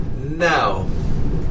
now